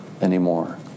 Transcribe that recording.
anymore